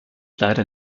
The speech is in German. leider